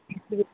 किस रेट